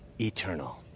eternal